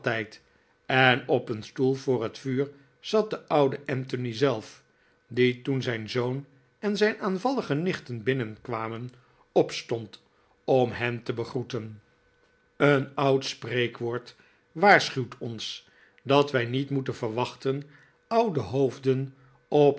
en op een stoel voor het vuur zat de oude anthony zelf die toen zijn zoon en zijn aanvallige nichten binnenkwamen opstond om hen te begroeten een oud spreekwoord waarschuwt ons dat wij niet moeten verwachten oude hoofden op